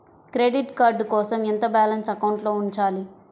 Credit card కోసం ఎంత balance అకౌంట్లో ఉంచాలి?